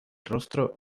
rostro